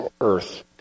earth